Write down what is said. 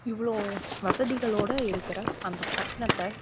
இவ்வளோ வசதிகளோடு இருக்கிற அந்த பட்டணத்த